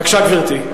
בבקשה, גברתי.